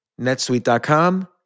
netsuite.com